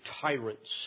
tyrants